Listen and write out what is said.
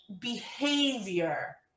behavior